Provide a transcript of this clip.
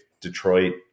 Detroit